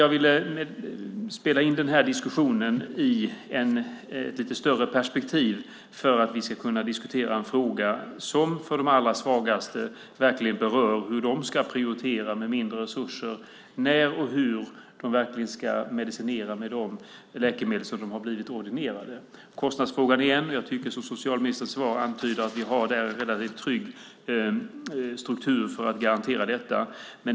Jag ville spela in diskussionen i ett lite större perspektiv för att vi ska kunna diskutera en fråga som för de allra svagaste verkligen berör hur de ska prioritera med mindre resurser och när och hur de ska medicinera med de läkemedel som de har blivit ordinerade. När det gäller kostnadsfrågan tycker jag att socialministerns svar antyder att vi har en relativt trygg struktur för att garantera detta.